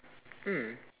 mm